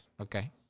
Okay